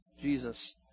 Jesus